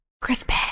Crispy